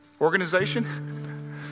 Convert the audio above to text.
organization